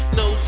no